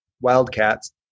wildcats